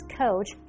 coach